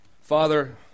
Father